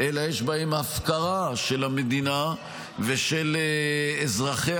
אלא יש בהם הפקרה של המדינה ושל אזרחיה